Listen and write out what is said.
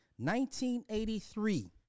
1983